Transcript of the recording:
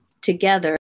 together